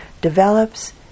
develops